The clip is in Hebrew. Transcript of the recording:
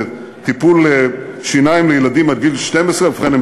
זה טיפול שיניים לילדים עד גיל 12. ובכן,